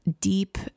deep